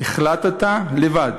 החלטת לבד